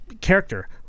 character